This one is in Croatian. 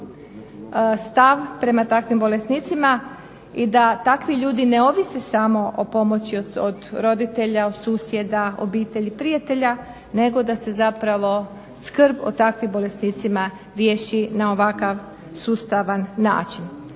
stav prema takvim bolesnicima i da takvi ljudi ne ovise samo o pomoći od roditelja, od susjeda, obitelji, prijatelja, nego da se zapravo skrb o takvim bolesnicima riješi na ovakav sustavan način.